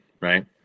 right